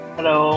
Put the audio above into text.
Hello